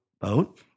boat